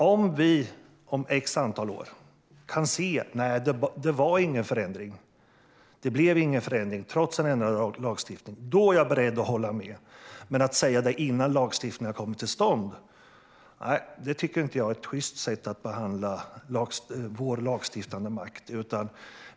Om vi om ett antal år kan se att det trots ändrad lagstiftning inte blev någon förändring är jag beredd att hålla med, men att säga det innan lagstiftningen har kommit till stånd är inte ett sjyst sätt att behandla vår lagstiftande makt.